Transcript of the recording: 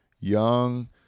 young